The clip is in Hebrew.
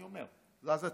אני אומר: זז הצידה.